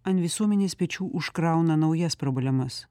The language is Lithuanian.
an visuomenės pečių užkrauna naujas problemas